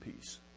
peace